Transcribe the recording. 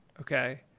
Okay